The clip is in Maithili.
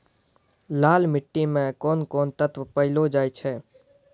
लाल मिट्टी मे कोंन कोंन तत्व पैलो जाय छै?